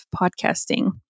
podcasting